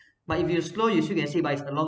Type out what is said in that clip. but if you were slow you still can see but it's a long